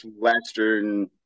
Western